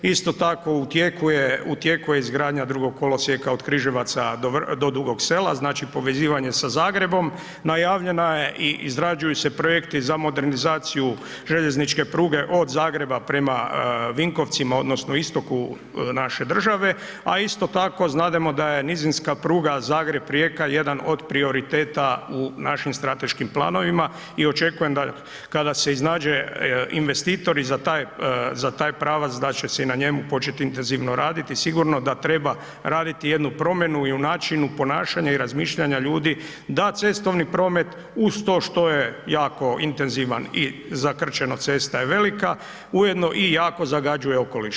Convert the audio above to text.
Isto tako u tijeku je izgradnja drugog kolosijeka od Križevaca do Dugog Sela, znači povezivanje sa Zagrebom, najavljena je i izrađuju se projekti za modernizaciju željezničke pruge od Zagreba prema Vinkovcima, odnosno istoku naše države, a isto tako znademo da je nizinska pruga Zagreb-Rijeka jedan od prioriteta u našim strateškim planovima i očekujem kada se iznađe investitor i za taj pravac da će se i na njemu početi intenzivno raditi, sigurno da treba raditi jednu promjenu i u načinu ponašanja i razmišljanja ljudi da cestovni promet, uz to što je jako intenzivan i zakrčenost cesta je velika, ujedno i jako zagađuje okoliš.